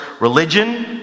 religion